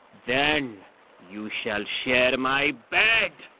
then you shall share my bed!